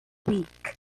week